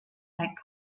saint